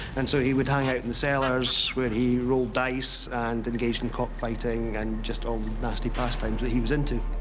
and so he would hang out in the cellars where he rolled dice and engaged in cock-fighting, and just all the nasty pastimes that he was into.